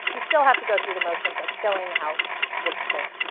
you still have to go through the motions of filling out this form.